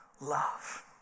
love